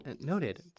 Noted